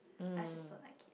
I just don't like